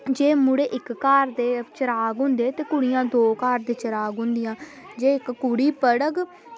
जे मुढ़े इक्क घर दे चिराग होंदे ते कुड़ियां दौ घर दियां चिराग होंदियां जे इक्क कुड़ी पढ़ग